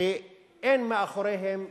כשאין מאחוריהן קרדיט.